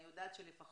אני יודעת שלפחות